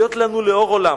להיות לנו לאור עולם,